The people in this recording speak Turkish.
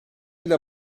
bile